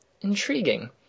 Intriguing